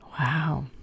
Wow